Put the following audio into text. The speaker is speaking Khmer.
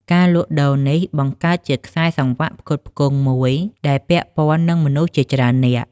ការលក់ដូរនេះ បង្កើតជាខ្សែសង្វាក់ផ្គត់ផ្គង់មួយដែលពាក់ព័ន្ធនឹងមនុស្សជាច្រើននាក់។